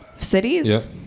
Cities